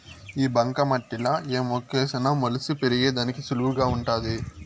ఈ బంక మట్టిలా ఏ మొక్కేసిన మొలిసి పెరిగేదానికి సులువుగా వుంటాది